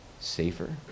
safer